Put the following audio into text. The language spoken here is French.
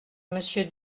monsieur